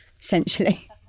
essentially